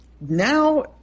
now